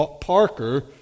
Parker